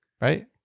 Right